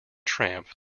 tramp